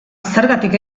zergatik